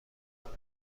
کند